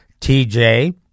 TJ